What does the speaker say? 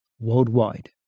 worldwide